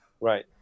right